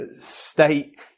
state